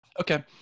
Okay